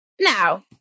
now